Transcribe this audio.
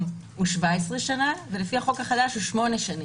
הוא 17 שנה ולפי החוק החדש הוא שמונה שנים.